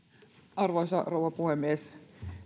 arvoisa rouva puhemies